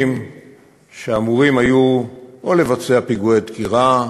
פלסטינים שאמורים היו או לבצע פיגועי דקירה,